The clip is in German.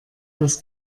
das